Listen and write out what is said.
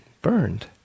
burned